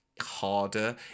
harder